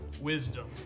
Wisdom